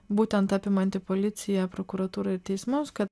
būtent apimanti policiją prokuratūrą ir teismus kad